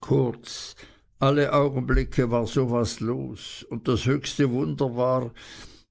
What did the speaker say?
kurz alle augenblicke war so was los und das höchste wunder war